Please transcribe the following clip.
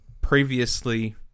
previously